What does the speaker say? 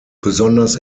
besonders